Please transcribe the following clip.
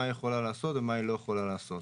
היא יכולה לעשות ומה היא לא יכולה לעשות.